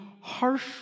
harsh